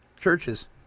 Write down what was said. Churches